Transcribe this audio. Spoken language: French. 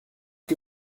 que